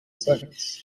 seconds